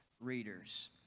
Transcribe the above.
readers